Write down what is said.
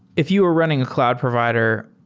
if you are running a cloud provider,